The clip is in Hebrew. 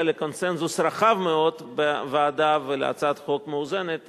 לקונסנזוס רחב מאוד בוועדה ולהצעת חוק מאוזנת.